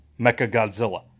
Mechagodzilla